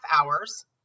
hours